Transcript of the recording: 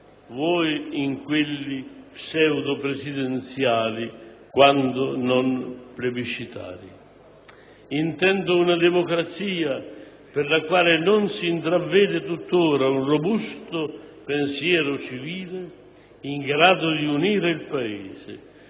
vuoi in quelli pseudopresidenziali, quando non plebiscitari. Intendo una democrazia per la quale non si intravede tuttora un robusto pensiero civile in grado di unire il Paese